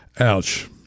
Ouch